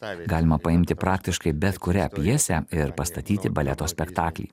galima paimti praktiškai bet kurią pjesę ir pastatyti baleto spektaklį